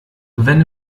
wenn